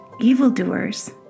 evildoers